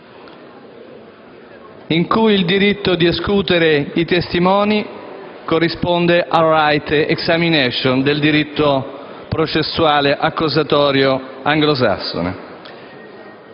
in cui il diritto di escutere i testimoni corrisponde al *Right to Examination* del diritto processuale accusatorio anglosassone.